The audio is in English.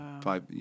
five